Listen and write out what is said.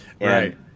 right